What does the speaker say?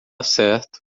certo